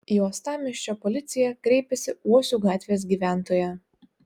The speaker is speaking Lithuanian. į uostamiesčio policiją kreipėsi uosių gatvės gyventoja